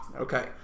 Okay